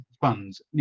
funds